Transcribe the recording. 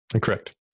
Correct